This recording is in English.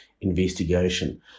investigation